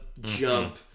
jump